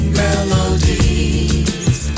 melodies